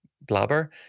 blabber